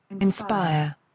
Inspire